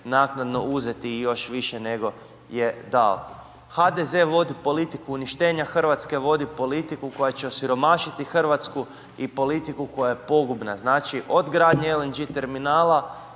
naknadno uzeti i još više nego je dao. HDZ vodi politiku uništenja, Hrvatska vodi politiku koja će osiromašiti Hrvatsku i politiku koja je pogubna, znači od gradnje LNG terminala